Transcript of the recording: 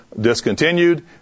discontinued